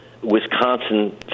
Wisconsin